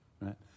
right